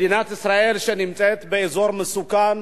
מדינת ישראל, שנמצאת באזור מסוכן,